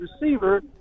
receiver